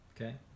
okay